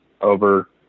over